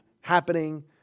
happening